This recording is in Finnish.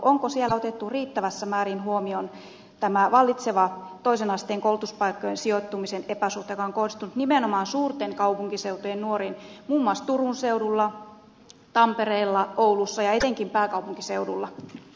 onko siellä otettu riittävässä määrin huomioon tämä vallitseva toisen asteen koulutuspaikkojen sijoittumisen epäsuhta joka on kohdistunut nimenomaan suurten kaupunkiseutujen nuoriin muun muassa turun seudulla tampereella oulussa ja etenkin pääkaupunkiseudulla